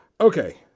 Okay